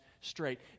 straight